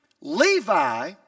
Levi